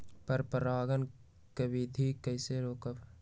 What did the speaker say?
पर परागण केबिधी कईसे रोकब?